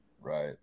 Right